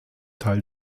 teil